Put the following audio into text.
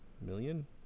million